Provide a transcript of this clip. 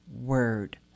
word